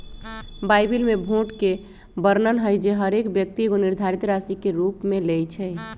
Bible में भोट के वर्णन हइ जे हरेक व्यक्ति एगो निर्धारित राशि कर के रूप में लेँइ छइ